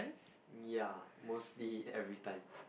ya mostly everytime